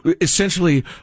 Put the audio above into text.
essentially